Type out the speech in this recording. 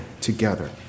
together